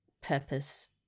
purpose